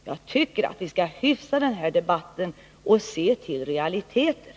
Jag tycker att vi skall hyfsa den här debatten och se till realiteter.